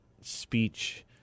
speech